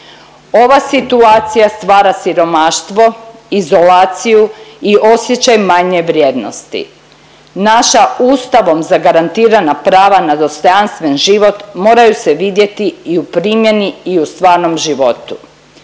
Ova situacija stvara siromaštvo, izolaciju i osjećaj manje vrijednosti. Naša Ustavom zagarantirana prava na dostojanstven život moraju se vidjeti i u primjeni i u stvarnom životu.